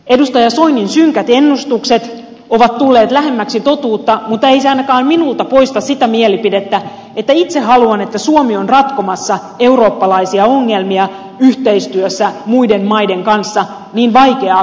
edustaja soinin synkät ennustukset ovat tulleet lähemmäksi totuutta mutta ei se ainakaan minulta poista sitä mielipidettä että itse haluan että suomi on ratkomassa eurooppalaisia ongelmia yhteistyössä muiden maiden kanssa niin vaikeaa kuin se onkin